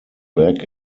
back